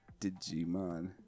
digimon